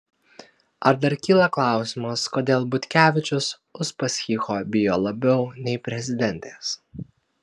ar dar kyla klausimas kodėl butkevičius uspaskicho bijo labiau nei prezidentės